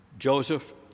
Joseph